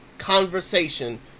conversation